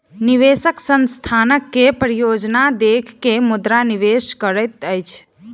निवेशक संस्थानक के परियोजना देख के मुद्रा निवेश करैत अछि